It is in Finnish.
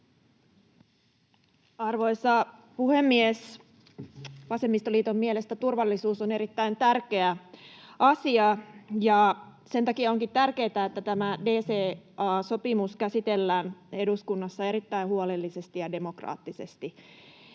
Arvoisa puhemies! Vasemmistoliiton mielestä turvallisuus on erittäin tärkeä asia, ja sen takia onkin tärkeätä, että tämä DCA-sopimus käsitellään eduskunnassa erittäin huolellisesti ja demokraattisesti.